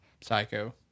Psycho